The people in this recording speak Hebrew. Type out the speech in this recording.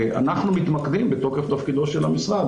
אנחנו מתמקדים בתוקף תפקידו של המשרד